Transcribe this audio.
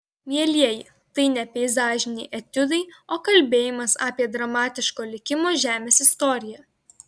mielieji tai ne peizažiniai etiudai o kalbėjimas apie dramatiško likimo žemės istoriją